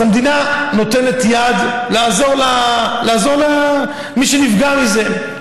אז המדינה נותנת יד לעזור למי שנפגע מזה,